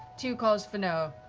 two caws for no.